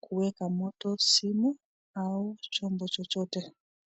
kuweka mtu simu au chombo chochote.